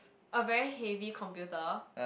a very heavy computer